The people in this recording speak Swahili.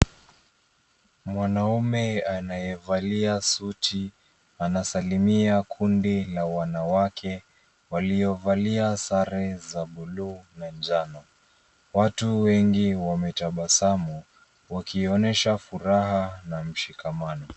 Mwanaume anayevalia suti anasalimia kundi la wanawake waliovalia sare za bluu na njano. Watu wengi wametabasamu wakionyesha furaha na mshikamano.